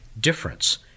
difference